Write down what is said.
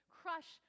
crush